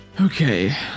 Okay